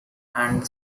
and